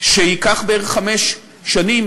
שיידרשו בערך חמש שנים,